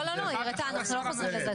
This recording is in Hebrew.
לא חוזרים לזה.